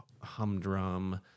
humdrum